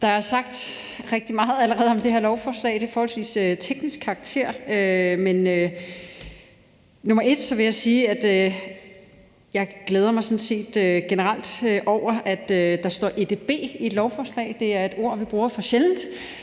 Der er sagt rigtig meget allerede om det her lovforslag, og det er af en forholdsvis teknisk karakter. Men som det første vil jeg sige, at jeg sådan set generelt glæder mig over, at der står »edb« i et lovforslag. Det er et ord, vi bruger for sjældent